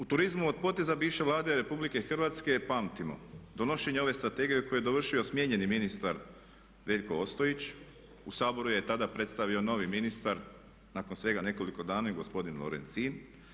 U turizmu od poteza bivše Vlade RH pamtimo donošenje ove Strategije koju je dovršio smijenjeni ministar Veljko Ostojić u Saboru je tada predstavio novi ministar nakon svega nekoliko dana i gospodin Lorencin.